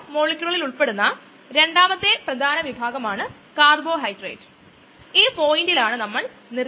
inhibitor ഈ സാഹചര്യത്തിൽ പ്രതിപ്രവർത്തനത്തെ ഇന്ഹിബിറ്റ് ചെയുന്ന ഒന്നാണ് ഇൻഹിബിറ്റർ